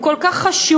הוא כל כך חשוב,